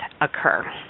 occur